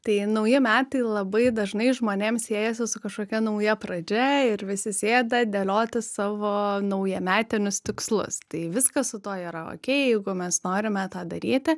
tai nauji metai labai dažnai žmonėms siejasi su kažkokia nauja pradžia ir visi sėda dėliotis savo naujametinius tikslus tai viskas su tuo yra okei jeigu mes norime tą daryti